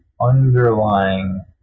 underlying